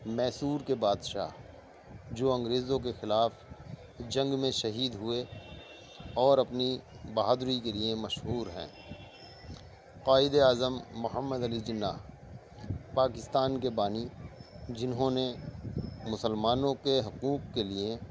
میسور کے بادشاہ جو انگریزوں کے خلاف جنگ میں شہید ہوئے اور اپنی بہادری کے لیے مشہور ہیں قائدِ اعظم محمد علی جناح پاکستان کے بانی جنہوں نے مسلمانوں کے حقوق کے لیے